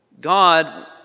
God